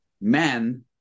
men